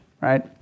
right